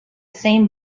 same